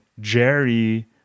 Jerry